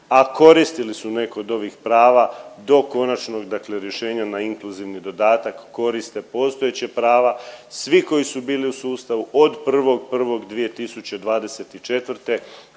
a koristili su neko od ovih prava do konačnog dakle rješenja na inkluzivni dodatak koriste postojeća prava svi koji su bili u sustavu od 1.1.2024.,